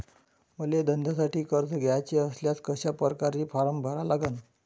मले धंद्यासाठी कर्ज घ्याचे असल्यास कशा परकारे फारम भरा लागन?